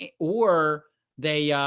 ah or they, yeah